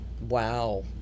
wow